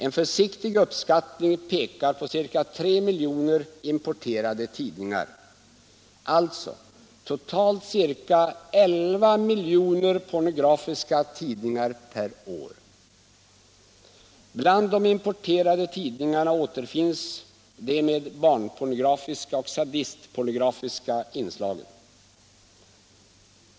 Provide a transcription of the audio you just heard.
En försiktig uppskattning pekar på ca 3 miljoner importerade tidningar, alltså totalt ca 11 miljoner pornografiska tidningar per år. Bland de importerade tidningarna återfinns de med barnpornografiska och sadistpornografiska inslag.